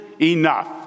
enough